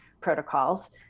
protocols